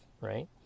right